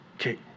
okay